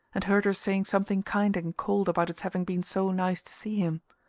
and heard her saying something kind and cold about its having been so nice to see him.